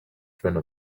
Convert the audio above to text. friend